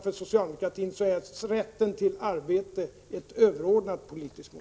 För socialdemokratin är rätten till arbete ett överordnat politiskt mål.